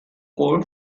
core